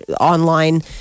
online